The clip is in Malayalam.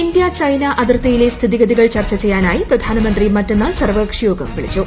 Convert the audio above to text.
ഇന്ത്യ ചൈന അതിർത്തിയിലെ സ്ഥിതിഗതികൾ ചർച്ച ചെയ്യാനായി പ്രധാനമുന്തി മീറ്റ്നാൾ സർവ്വകക്ഷിയോഗം വിളിച്ചു